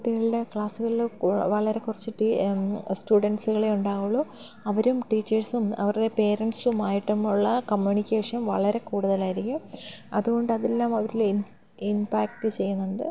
കുട്ടികളുടെ ക്ലാസ്സുകളിൽ വളരെ കുറച്ചു സ്റ്റുഡൻറ്സുകളെ ഉണ്ടാവുകയുള്ളൂ അവരും ടീച്ചേഴ്സും അവരുടെ പേരെൻസുമായിട്ടുമുള്ള കമ്മ്യൂണിക്കേഷൻ വളരെ കൂടുതലായിരിക്കും അതുകൊണ്ട് അതെല്ലാം അവരിൽ ഇപാക്റ്റ് ചെയ്യുന്നുണ്ട്